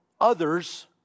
others